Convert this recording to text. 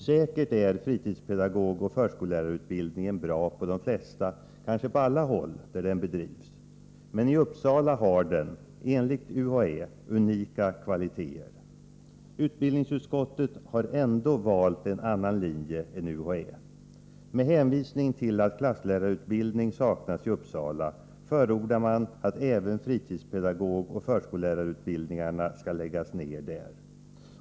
Säkert är fritidspedagogoch rorskolararutbilaningen bra på de flesta, kanske på alla håll där den bedrivs. Men i Uppsala har den — enligt UHÄ — unika kvaliteter. Utbildningsutskottet har ändå valt en annan linje än UHÄ. Med hänvisning till att klasslärarutbildning saknas i Uppsala förordar man att även fritidspedagogoch förskollärarutbildingarna där skall läggas ned.